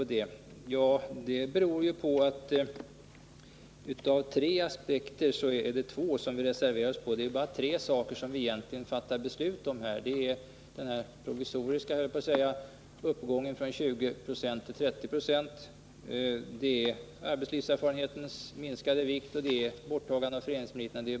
Ja, men det är ju bara tre ting som vi skall besluta om, nämligen den provisoriska uppgången från 20 9ö till 30 26, arbetslivserfarenhetens minskade vikt och borttagandet av föreningsmeriterna.